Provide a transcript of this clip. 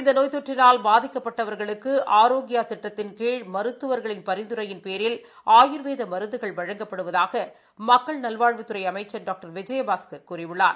இந்த நோய் தொற்றினால் பாதிக்கப்பட்டவர்களுக்கு ஆரோக்கியா திட்டத்தின் கீழ் மருத்துவர்களின் பரிந்துரையின் பேரில் ஆயூர்வேத மருந்துகள் வழங்கப்படுவதாக மக்கள் நல்வாழ்வுத்துறை அமைச்ச் டாக்டர் விஜயபாஸ்கர் கூறியுள்ளார்